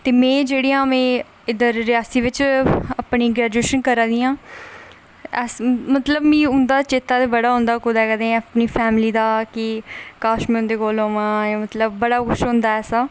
ते में जेहड़ी आं इद्धर रियासी बिच अपनी ग्रैजुएशन करा निं आं मतलब मीं उं'दा चेता ते बड़ा औंदा कुतै कदें अपनी फैमली दा कि काश में उं'दे कोल होआं जां के मतलब बड़ा कुछ होंदा ऐ ऐसा